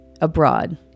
abroad